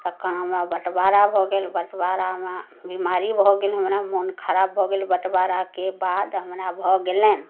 तखन हमरा बटवारा भऽ गेल बटवारामे बेमारी भऽ गेल हमरा मोन खराब भऽ गेल बटवाराके बाद हमरा भऽ गेलनि